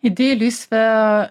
įdėjų lysvė